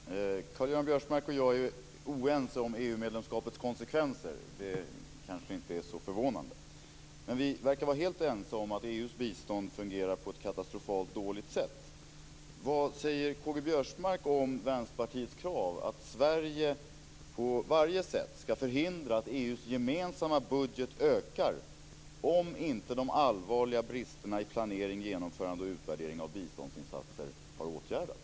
Fru talman! Karl-Göran Biörsmark och jag är oense om EU-medlemskapets konsekvenser. Det kanske inte är så förvånande. Men vi verkar vara helt ense om att EU:s bistånd fungerar på ett katastrofalt dåligt sätt. Vad säger K-G Biörsmark om Vänsterpartiets krav att Sverige på varje sätt ska förhindra att EU:s gemensamma budget ökar, om inte de allvarliga bristerna i planering, genomförande och utvärdering av biståndsinsatser har åtgärdats?